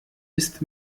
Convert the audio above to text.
ist